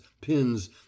pins